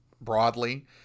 broadly